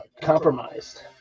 compromised